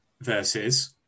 versus